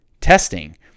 testing